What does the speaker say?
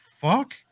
fuck